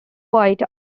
white